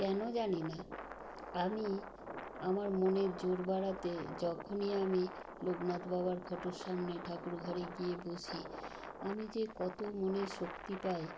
কেন জানি না আমি আমার মনের জোর বাড়াতে যখনই আমি লোকনাথ বাবার ফটোর সামনে ঠাকুরঘরে গিয়ে বসি আমি যে কত মনে শক্তি পাই